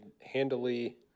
handily